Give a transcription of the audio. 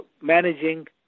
managing